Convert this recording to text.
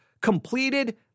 Completed